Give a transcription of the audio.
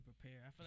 prepare